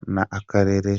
n’akarere